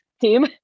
team